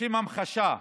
לשם המחשה,